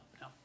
No